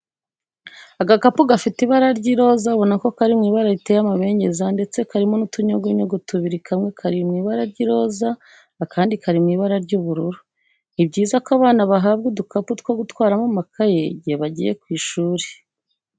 Agakapu gafite ibara ry'iroza ubona ko kari mu ibara riteye amabengeza ndetse hariho utunyugunyugu tubiri kamwe kari mu ibara ry'iroza, akandi kari mu ibara ry'ubururu. Ni byiza ko abana bahabwa udukapu two gutwaramo amakayi igihe bagiye ku ishuri.